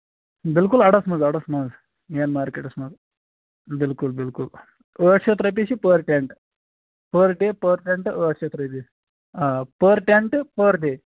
بِلکُل اَڈَس منٛز اَڈَس منٛز مین مارکیٹَس منٛز بِلکُل بِلکُل ٲٹھ شَتھ رۄپیہِ چھِ per tent per day per tent ٲٹھ شَتھ رۄپیہِ آ پٔر ٹٮ۪نٹ پٔر ڈے